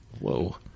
Whoa